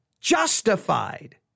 justified